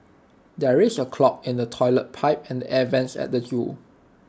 there is A clog in the Toilet Pipe and the air Vents at the Zoo